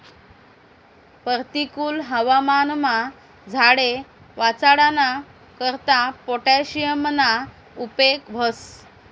परतिकुल हवामानमा झाडे वाचाडाना करता पोटॅशियमना उपेग व्हस